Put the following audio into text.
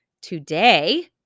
Today